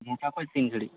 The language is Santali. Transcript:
ᱱᱚᱴᱟ ᱠᱷᱚᱱ ᱛᱤᱱ ᱜᱷᱟᱹᱲᱤᱡ